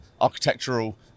architectural